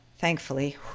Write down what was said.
Thankfully